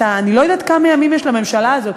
אני לא יודעת כמה ימים יש לממשלה הזאת.